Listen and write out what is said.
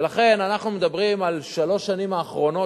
ולכן אנחנו מדברים על שלוש השנים האחרונות